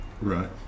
Right